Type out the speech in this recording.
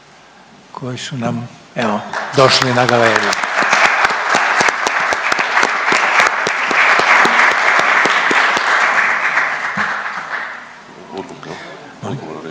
koji su nam došli na galeriju